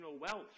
wealth